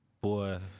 boy